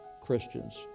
Christians